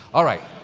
all right,